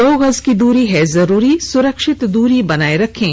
दो गज की दूरी है जरूरी सुरक्षित दूरी बनाए रखें